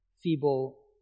feeble